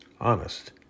honest